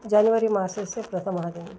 जनवरि मासस्य प्रथमः दिनाङ्कः